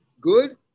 good